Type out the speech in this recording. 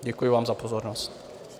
Děkuji vám za pozornost.